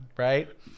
Right